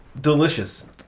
delicious